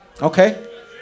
Okay